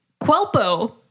Quelpo